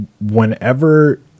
whenever